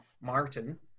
Martin